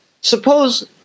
suppose